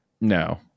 no